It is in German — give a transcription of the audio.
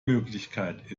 möglichkeit